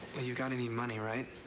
you gotta need money, right?